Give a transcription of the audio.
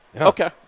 okay